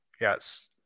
Yes